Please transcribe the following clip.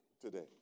today